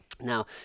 Now